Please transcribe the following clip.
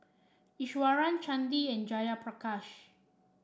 Iswaran Chandi and Jayaprakash